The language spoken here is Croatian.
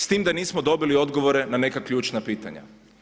S time da nismo dobili odgovore na neka ključna pitanja.